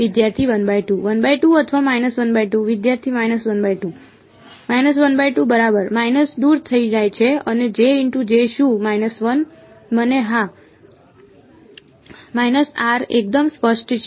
વિદ્યાર્થી અથવા વિદ્યાર્થી બરાબર માઈનસ દૂર થઈ જાય છે અને શું મને હા એકદમ સ્પષ્ટ છે